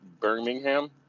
Birmingham